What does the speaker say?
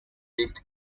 lived